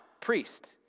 priest